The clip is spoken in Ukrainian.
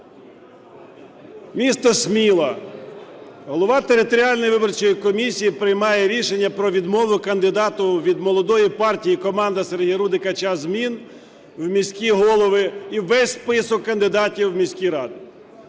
виборчої комісії приймає рішення про відмову кандидату від молодої партії "Команда Сергія Рудика. Час змін!" в міські голови і у весь список кандидатів в міські ради.